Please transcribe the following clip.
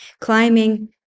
climbing